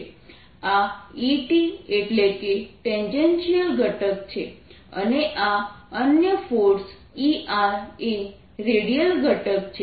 આ Et એટલે કે ટેન્જેન્શિયલ ઘટક છે અને આ અન્ય ફોર્સ Er એ રેડિયલ ઘટક છે